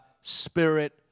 spirit